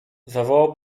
zawołał